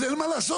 אז אין מה לעשות.